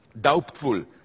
doubtful